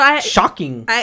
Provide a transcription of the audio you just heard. shocking